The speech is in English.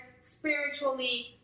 spiritually